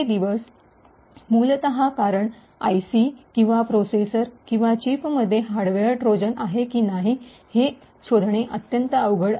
हे दिवस मूलतः कारण आयसी किंवा प्रोसेसर किंवा चिपमध्ये हार्डवेअर ट्रोजन आहे की नाही हे शोधणे अत्यंत अवघड आहे